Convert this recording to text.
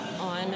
on